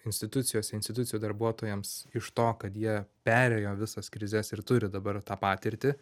institucijose institucijų darbuotojams iš to kad jie perėjo visas krizes ir turi dabar tą patirtį